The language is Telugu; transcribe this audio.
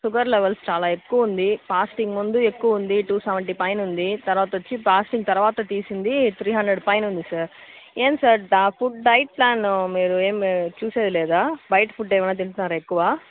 షుగర్ లెవెల్స్ చాలా ఎక్కువుంది ఫాస్టింగ్ ముందు ఎక్కువుంది టూ సెవెంటీ పైన ఉంది తరువాత వచ్చి ఫాస్టింగ్ తరువాత తీసింది త్రి హండ్రెడ్ పైన ఉంది సార్ ఏం సార్ డా ఫుడ్ డైట్ ప్లాన్ ఎం చుసేది లేదా బయట ఫుడ్ ఏమైనా తింటున్నారా ఎక్కువ